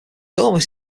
almost